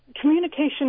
communication